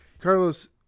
Carlos